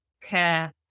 care